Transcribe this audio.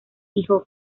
hijo